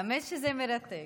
האמת היא שזה מרתק.